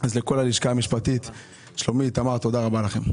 אז לכל הלשכה המשפטית, שלומית, תמר, תודה רבה לכם.